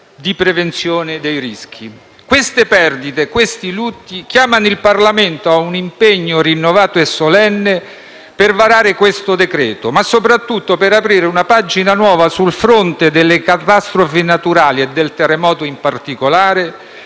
di prevenzione dei rischi. Queste perdite e questi lutti chiamano il Parlamento a un impegno rinnovato e solenne per convertire questo decreto-legge, ma soprattutto per aprire una pagina nuova sul fronte delle catastrofi naturali, e del terremoto in particolare,